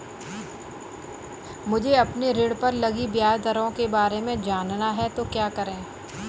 मुझे अपने ऋण पर लगी ब्याज दरों के बारे में जानना है तो क्या करें?